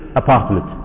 apartment